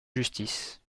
justice